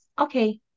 Okay